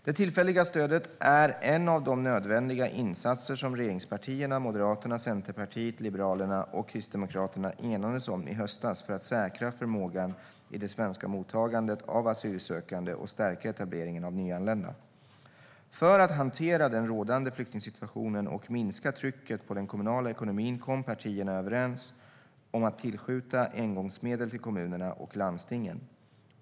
Det tillfälliga stödet är en av de nödvändiga insatser som regeringspartierna, Moderaterna, Centerpartiet, Liberalerna och Kristdemokraterna enades om i höstas för att säkra förmågan i det svenska mottagandet av asylsökande och stärka etableringen av nyanlända. För att hantera den rådande flyktingsituationen och minska trycket på den kommunala ekonomin kom partierna överens om att tillskjuta engångsmedel till kommunerna och landstingen.